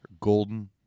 golden